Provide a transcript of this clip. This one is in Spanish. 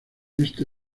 este